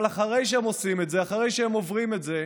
אבל אחרי שהם עושים את זה, אחרי שהם עוברים את זה,